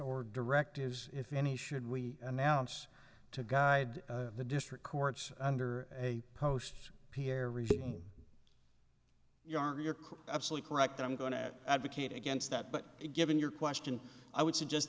or directives if any should we announce to guide the district courts under a post pierre regime you are your core absolutely correct i'm going to advocate against that but given your question i would suggest